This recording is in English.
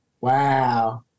wow